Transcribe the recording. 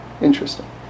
interesting